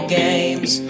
games